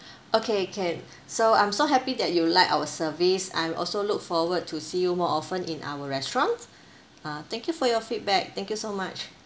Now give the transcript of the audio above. okay can so I'm so happy that you like our service I'm also look forward to see you more often in our restaurant uh thank you for your feedback thank you so much